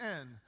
end